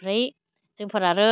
ओमफ्राय जोंफोर आरो